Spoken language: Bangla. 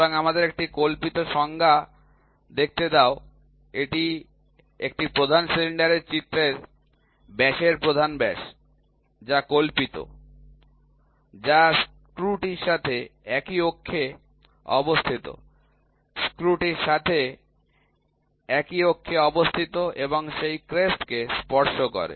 সুতরাং আমাদের একটি কল্পিত সংজ্ঞা দেখতে দাও এটি একটি প্রধান সিলিন্ডারের চিত্রের ব্যাসের প্রধান ব্যাস যা কল্পিত যা স্ক্রুটির সাথে একই অক্ষে অবস্থিত স্ক্রুটির সাথে একই অক্ষে অবস্থিত এবং সেই ক্রেস্ট কে স্পর্শ করে